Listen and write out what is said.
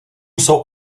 jsou